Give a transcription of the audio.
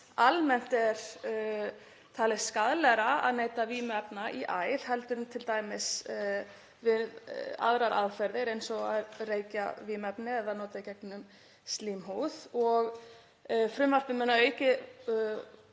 almennt er talið skaðlegra að neyta vímuefna í æð heldur en t.d. með öðrum aðferðum eins og að reykja vímuefni eða nota gegnum slímhúð. Frumvarpið mun að auki